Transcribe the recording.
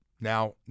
Now